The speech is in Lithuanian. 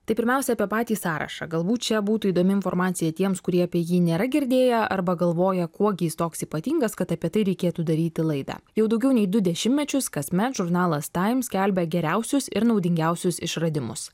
tai pirmiausia apie patį sąrašą galbūt čia būtų įdomi informacija tiems kurie apie jį nėra girdėję arba galvoja kuo gi jis toks ypatingas kad apie tai reikėtų daryti laidą jau daugiau nei du dešimtmečius kasmet žurnalas taim skelbia geriausius ir naudingiausius išradimus